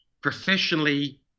professionally